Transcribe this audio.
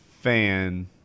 fan